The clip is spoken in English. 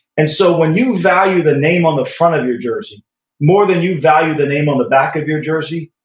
and so, when you value the name on the front of your jersey more than you value the name on the back of your jersey,